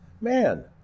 Man